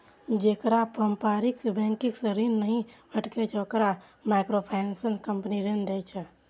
जेकरा पारंपरिक बैंकिंग सं ऋण नहि भेटै छै, ओकरा माइक्रोफाइनेंस कंपनी ऋण दै छै